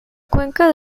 cuenca